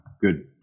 good